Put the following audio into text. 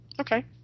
okay